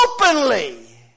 openly